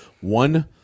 One